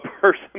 person